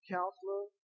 Counselor